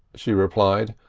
she replied,